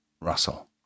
Russell